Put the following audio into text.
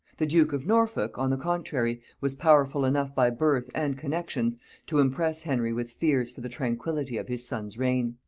the duke of norfolk, on the contrary, was powerful enough by birth and connexions to impress henry with fears for the tranquillity of his son's reign.